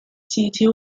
city